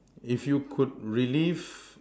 if you could relive